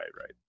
right